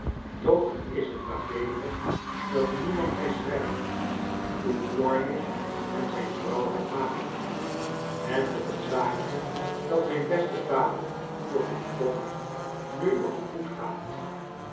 toch is t maar beter dat niemand mij schrijf t hoe plornish en zijn vrouw het maken en of het zaakje dat mijn beste vader voor hen kocht nu ook goed gaat